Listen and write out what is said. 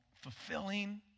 fulfilling